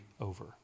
over